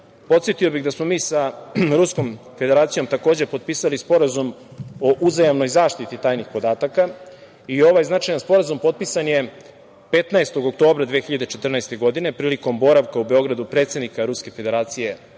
podsetio bih da smo mi sa Ruskom Federacijom takođe potpisali Sporazum o uzajamnoj zaštiti tajnih podataka i ovaj značajan Sporazum potpisan je 15. oktobra 2014. godine prilikom boravka u Beogradu predsednika Ruske Federacije,